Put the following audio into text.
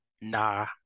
Nah